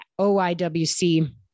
OIWC